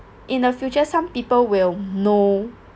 in the future some people will know